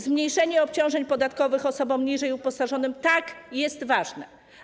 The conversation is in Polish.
Zmniejszenie obciążeń podatkowych osobom niżej uposażonym tak, jest ważne.